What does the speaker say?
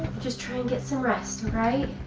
just try and get some rest, alright?